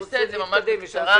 ותומר צריך להפוך שולחן ולאיים פה על